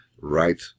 right